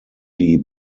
die